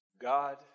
God